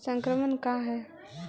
संक्रमण का है?